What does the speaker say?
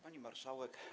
Pani Marszałek!